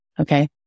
Okay